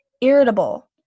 irritable